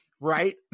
right